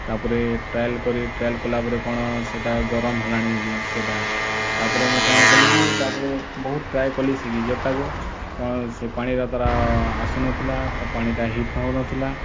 ତାପରେ ଟ୍ରାଏଲ କରି ଟ୍ରାଏଲ କଲାପରେ କ'ଣ ସେଇଟା ଗରମ ହେଲାନି କି ସେଇଟା ତାପରେ ମୁଁ କ'ଣ କଲିକି ତାପରେ ବହୁତ ଟ୍ରାଏ କଲି ସେ ଗିଜର ଟାକୁ କ'ଣ ସେ ପାଣିର ତାର ଆସୁନଥିଲା ତା ପାଣିଟା ହିଟ ହେଉନଥିଲା